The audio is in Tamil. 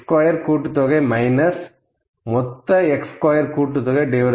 x ஸ்கொயர் கூட்டுத்தொகை மைனஸ் மொத்த x ஸ்கொயர் கூட்டுத்தொகைn